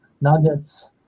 nuggets